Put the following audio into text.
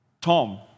Tom